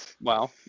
Wow